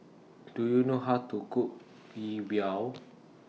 Do YOU know How to Cook Yi Biao